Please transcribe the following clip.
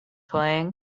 playing